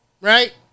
right